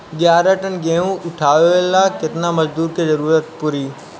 ग्यारह टन गेहूं उठावेला केतना मजदूर के जरुरत पूरी?